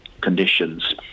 conditions